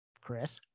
Chris